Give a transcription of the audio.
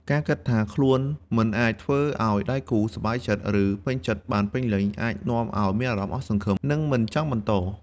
ការគិតថាខ្លួនមិនអាចធ្វើឲ្យដៃគូសប្បាយចិត្ត ឬពេញចិត្តបានពេញលេញ អាចនាំឲ្យមានអារម្មណ៍អស់សង្ឃឹម និងមិនចង់បន្ត។